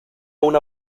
una